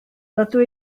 rydw